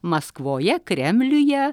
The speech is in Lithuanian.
maskvoje kremliuje